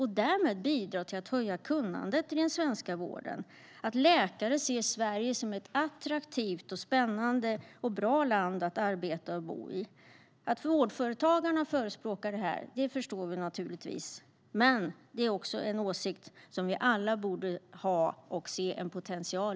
Vi kan bidra till att höja kunnandet i den svenska vården genom att läkare ser Sverige som ett attraktivt, spännande och bra land att arbeta och bo i. Vårdföretagarna förespråkar givetvis detta, men vi borde alla dela denna åsikt och se denna potential.